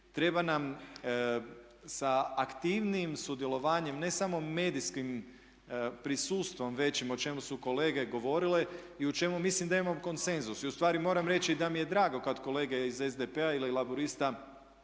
treba nam sa aktivnijim sudjelovanjem ne samo medijskim prisustvom većim o čemu su kolege govorile i u čemu mislim da imamo konsenzus. Ustvari moram reći da mi je drago kad kolege iz SDP-a ili Laburista